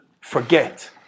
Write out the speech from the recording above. forget